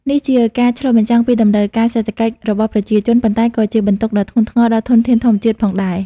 នេះជាការឆ្លុះបញ្ចាំងពីតម្រូវការសេដ្ឋកិច្ចរបស់ប្រជាជន ប៉ុន្តែក៏ជាបន្ទុកដ៏ធ្ងន់ធ្ងរដល់ធនធានធម្មជាតិផងដែរ។